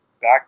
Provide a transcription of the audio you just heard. Back